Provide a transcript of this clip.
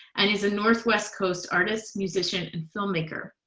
and is a northwest coast artist, musician, and filmmaker.